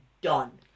done